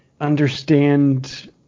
understand